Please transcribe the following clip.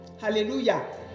Hallelujah